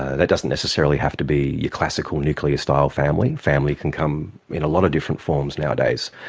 that doesn't necessarily have to be a classical nuclear style family. family can come in a lot of different forms nowadays.